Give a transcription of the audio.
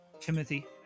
Timothy